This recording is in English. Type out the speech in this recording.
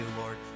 Lord